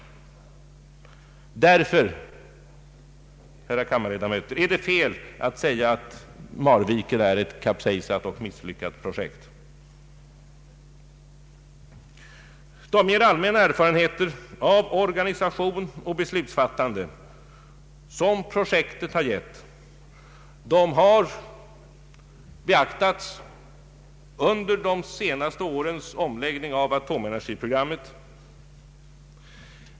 Därför, ärade kammarledamöter, är det fel att säga att Marviken är ett kapsejsat och misslyckat projekt. De mera allmänna erfarenheter av organisation och beslutsfattande som projektet givit har beaktats under de senaste årens omläggning av atomenergiprogrammet.